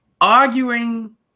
Arguing